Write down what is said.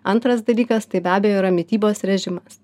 antras dalykas tai be abejo yra mitybos režimas